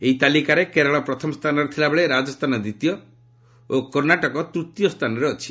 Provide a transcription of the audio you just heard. ଏହି ତାଲିକାରେ କେରଳ ପ୍ରଥମ ସ୍ଥାନରେ ଥିଲାବେଳେ ରାଜସ୍ଥାନ ଦ୍ୱିତୀୟ ଓ କର୍ଷାଟକ ତୃତୀୟ ସ୍ଥାନରେ ଅଛି